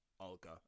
Olga